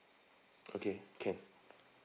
okay can